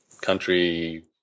country